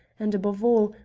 and, above all,